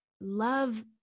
love